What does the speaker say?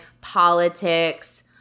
politics